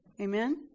Amen